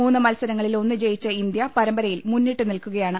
മൂന്ന് മത്സരങ്ങളിൽ ഒന്ന് ജയിച്ച ഇന്ത്യ പരമ്പരയിൽ മുന്നിട്ടു നിൽക്കുകയാണ്